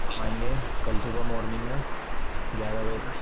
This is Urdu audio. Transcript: ہم آئیں گے کل صبح مارننگ میں گیارہ بجے تک